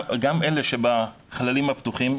גם אלה שבחללים הפתוחים,